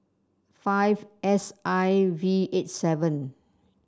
five S I V eight seven